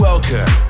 Welcome